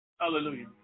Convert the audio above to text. Hallelujah